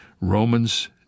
Romans